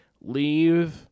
leave